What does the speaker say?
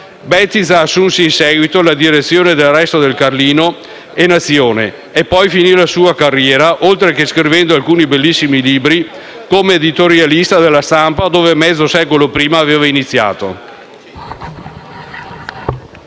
Bettiza assunse in seguito la direzione de «Il Resto del Carlino» e «La Nazione» e poi finì la sua carriera, oltre che scrivendo alcuni bellissimi libri, come editorialista de «La Stampa», dove mezzo secolo prima aveva iniziato.